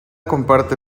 comparte